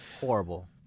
Horrible